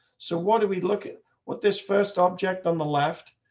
so what do we look at what this first object on the left,